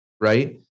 right